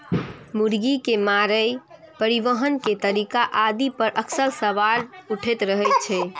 मुर्गी के मारै, परिवहन के तरीका आदि पर अक्सर सवाल उठैत रहै छै